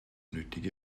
nötige